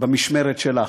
במשמרת שלך,